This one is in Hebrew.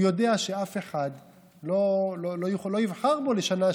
הוא יודע שאף אחד לא יבחר בו לשנה,